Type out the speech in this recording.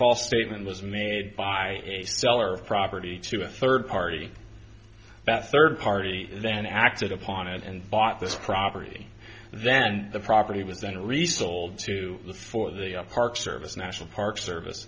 false statement was made by a seller of property to a third party that third party then acted upon it and bought this property then the property was then resold to the for the park service national park service